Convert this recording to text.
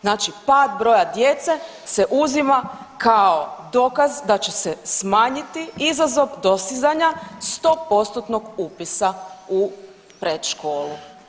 Znači pad broja djece se uzima kao dokaz da će se smanjiti izazov dostizanja 100% upisa u predškolu.